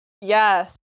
Yes